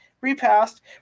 repassed